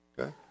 Okay